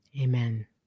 Amen